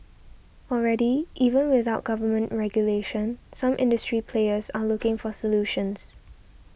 already even without government regulation some industry players are looking for solutions